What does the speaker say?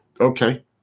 Okay